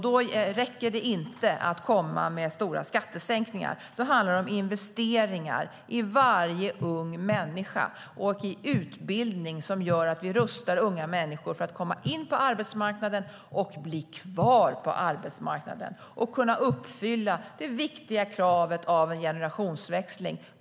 Då räcker det inte att komma med stora skattesänkningar, utan då handlar det om investeringar i varje ung människa och i utbildning som gör att vi rustar unga människor för att komma in på arbetsmarknaden, bli kvar där och kunna uppfylla det viktiga kravet på generationsväxling.